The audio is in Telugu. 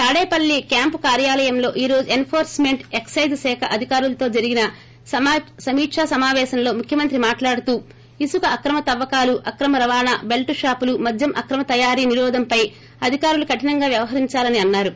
తాడేపల్లి క్యాంపు కార్యాలయంలో ఈ రోజు ఎన్ఫోర్న్ మెంట్ ఎక్సైజ్ శాఖ అధికారులతో జరిగిన సమీకా సమాపేశంలో ముఖ్యమంత్రి మాట్లాడుతూ ఇసుక అక్రమ తవ్వకాలు అక్రమ రవాణా బెల్టుషాపులు మద్యం అక్రమ తయారీ నిరోధంపై అధికారులు కఠినంగా వ్యవహరించాలని అన్నారు